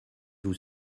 vous